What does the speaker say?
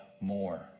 more